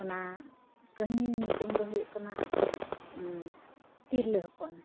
ᱚᱱᱟ ᱠᱟᱹᱦᱤᱱᱤ ᱧᱩᱛᱩᱢ ᱫᱚ ᱦᱩᱭᱩᱜ ᱠᱟᱱᱟ ᱛᱤᱨᱞᱟᱹ ᱦᱚᱯᱚᱱ